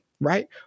right